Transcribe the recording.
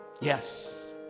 Yes